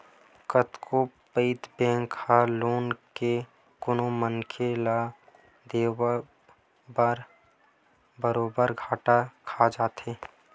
कतको पइत बेंक ह लोन के कोनो मनखे ल देवब म बरोबर घाटा खा जाथे